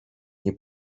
nie